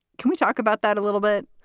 can we talk about that a little bit?